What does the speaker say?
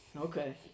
Okay